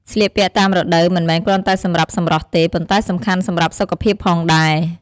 ស្លៀកពាក់តាមរដូវមិនមែនគ្រាន់តែសម្រាប់សម្រស់ទេ ប៉ុន្តែសំខាន់សម្រាប់សុខភាពផងដែរ។